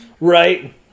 Right